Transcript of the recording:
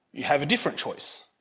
you have a different choice.